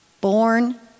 born